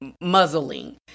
muzzling